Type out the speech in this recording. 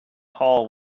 hall